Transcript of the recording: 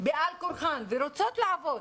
בעל כורחן ושרוצות לעבוד.